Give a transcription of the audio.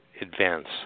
advance